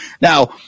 Now